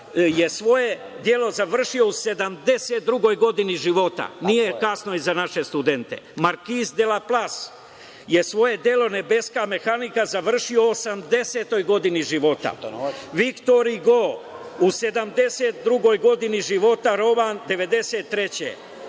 svoje delo je završio u 72. godini života, što znači da nije kasno i za naše studente; Markiz de Laplas je svoje delo "Nebeska mehanika" završio u 80 godini života; Viktor Igo u 72. godini života, Rovan 93. Gospodo